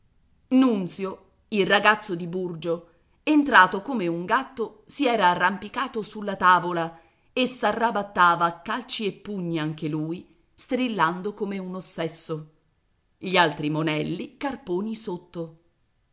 nunzio il ragazzo di burgio entrato come un gatto si era arrampicato sulla tavola e s'arrabbattava a calci e pugni anche lui strillando come un ossesso gli altri monelli carponi sotto